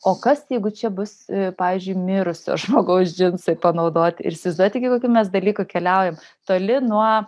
o kas jeigu čia bus pavyzdžiui mirusio žmogaus džinsai panaudoti ir įsivaizduojat iki kokių mes dalykų keliaujam toli nuo